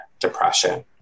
depression